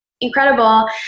incredible